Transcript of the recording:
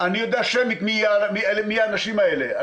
אני יודע שמית מי האנשים האלה?